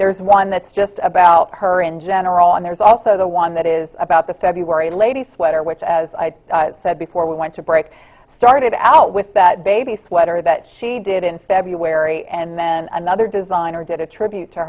there's one that's just about her in general and there's also the one that is about the february lady sweater which as i said before we went to break started out with that baby sweater that she did in february and then another designer did a tribute to